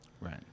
Right